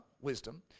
wisdom